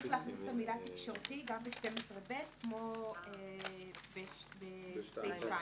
צריך להכניס את המילה "תקשורתי" גם ב-12(ב) כמו בסעיף 2,